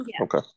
Okay